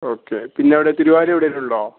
okay പിന്നെ എവിടെയാണ് തിരുവാലി എവിടേലും ഉണ്ടോ